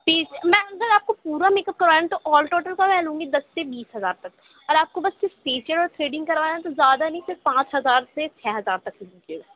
ٹھیک میم اگر آپ کو پورا میکپ کروانا تو آل ٹوٹل کا میں لوں گی دس سے بیس ہزار تک اگر آپ کو بس فیشیل اور تھریڈنگ کروانا ہے تو زیادہ نہیں صرف پانچ ہزار سے چھ ہزار تک دیجیے گا